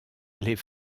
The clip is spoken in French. les